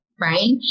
Right